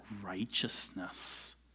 righteousness